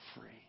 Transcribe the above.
free